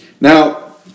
Now